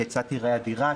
כיצד תיראה הדירה,